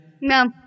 No